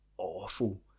awful